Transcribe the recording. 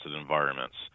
environments